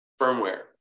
firmware